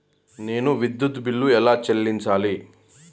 నేను విద్యుత్ బిల్లు ఎలా చెల్లించాలి?